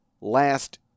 last